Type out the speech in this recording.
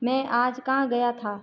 मैं आज कहाँ गया था